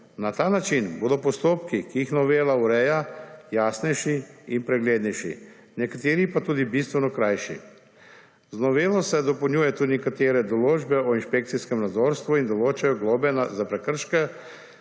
Na ta način bodo postopki, ki jih novela ureja jasnejši in preglednejši, nekateri pa tudi bistveno krajši. Z novelo se dopolnjujejo tudi nekatere določbe o inšpekcijskem nadzorstvu in določajo globe za prekrške,